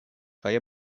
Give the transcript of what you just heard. kaj